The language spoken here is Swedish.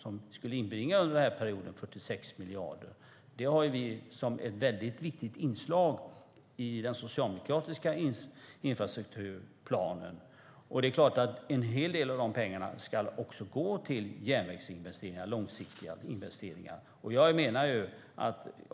Under den här perioden skulle det inbringa 46 miljarder. Det har vi som ett viktigt inslag i den socialdemokratiska infrastrukturplanen. Det är klart att en hel del av de pengarna ska gå till långsiktiga järnvägsinvesteringar.